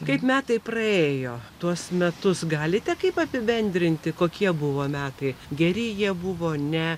kaip metai praėjo tuos metus galite kaip apibendrinti kokie buvo metai geri jie buvo ne